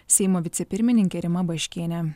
seimo vicepirmininkė rima baškienė